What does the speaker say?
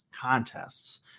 contests